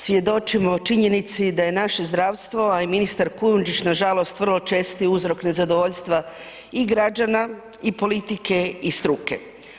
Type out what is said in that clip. Svjedočimo činjenici da je naše zdravstvo, a i ministar Kujundžić nažalost vrlo česti uzrok nezadovoljstva i građana i politike i struke.